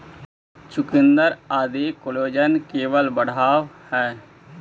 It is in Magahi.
चुकुन्दर आदि कोलेजन लेवल बढ़ावऽ हई